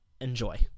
Enjoy